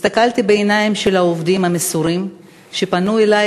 הסתכלתי בעיניים של העובדים המסורים שפנו אלי